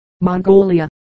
Mongolia